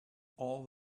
all